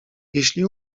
jeśli